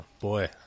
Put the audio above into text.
boy